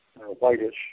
whitish